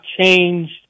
changed